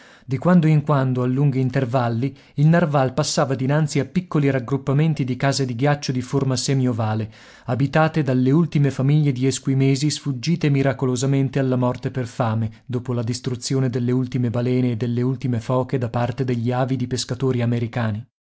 di quando in quando a lunghi intervalli il narval passava dinanzi a piccoli raggruppamenti di case di ghiaccio di forma semiovale abitate dalle ultime famiglie di esquimesi sfuggite miracolosamente alla morte per fame dopo la distruzione delle ultime balene e delle ultime foche da parte degli avidi pescatori americani